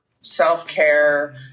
self-care